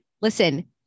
listen